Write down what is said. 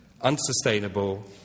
Unsustainable